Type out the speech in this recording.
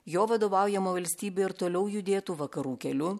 jo vadovaujama valstybė ir toliau judėtų vakarų keliu